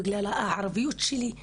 בגלל הערביות שלי,